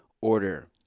order